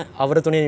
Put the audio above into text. then what happened